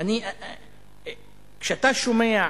כשאתה שומע